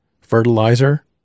fertilizer